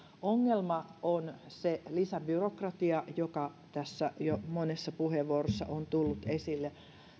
ongelma on se lisäbyrokratia joka tässä jo monessa puheenvuorossa on tullut esille